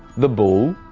the bull,